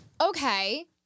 Okay